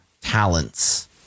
talents